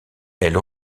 elle